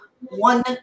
one